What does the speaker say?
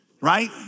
right